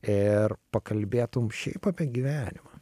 ir pakalbėtum šiaip apie gyvenimą